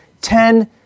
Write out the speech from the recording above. ten